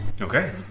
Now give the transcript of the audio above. Okay